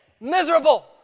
miserable